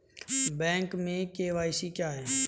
Bank में KYC क्या है?